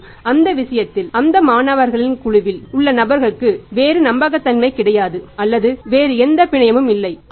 மற்றும் அந்த விஷயத்தில் அந்த மாணவர்களின் குழுவில் உள்ள நபருக்கு வேறு நம்பகத்தன்மை கிடையாது அல்லது வேறு எந்த பிணையும் இல்லை